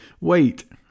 Wait